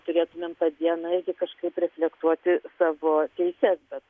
turėtumėm tą dieną irgi kažkaip reflektuoti savo teises bet